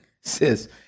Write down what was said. says